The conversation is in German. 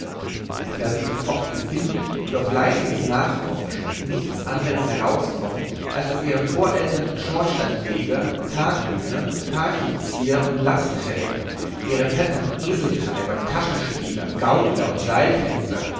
da sich doch oft befindet und auf fleißiges nachforschen nichts anders herauskommt als daß ihre voreltern schornsteinfeger taglöhner karchelzieher und lastträger ihre vettern eseltreiber taschenspieler gaukler und seiltänzer